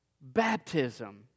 baptism